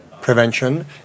prevention